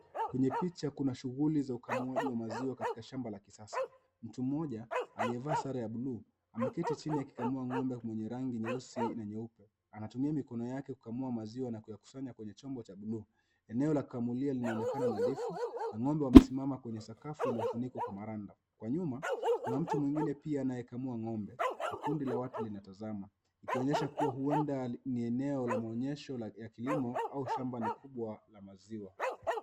Kwenye picha kuna shughuli za ukamuaji wa maziwa katika shamba la kisasa. Mtu mmoja aliyevaa sare ya buluu ameketi chini akikamua ng'ombe mwenye rangi nyeusi na nyeupe anatumia mikono yake kukamua maziwa na kuyakusanya kwenye chombo cha buluu. Eneo la kukamulia linaonekana nadhifu na ng'ombe wamesimama kwenye sakafu iliyofunikwa kwa marando kwa nyuma kuna mtu mwingine pia anaye kamua ng'ombe na kundi la watu linatazama, ikionyesha kuwa huenda ni eneo la maonyesho ya kilimo au shamba ni kubwa la maziwa.